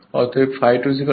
অর্থাৎ ∅ 2 2 ∅2 30 হবে